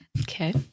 Okay